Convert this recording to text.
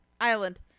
island